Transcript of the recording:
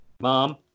Mom